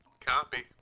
Copy